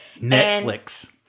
Netflix